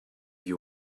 you